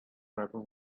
tribal